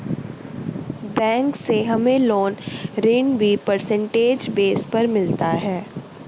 bank से हमे loan ऋण भी परसेंटेज बेस पर मिलता है